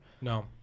No